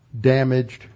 damaged